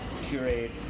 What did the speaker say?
curate